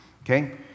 Okay